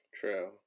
True